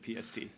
PST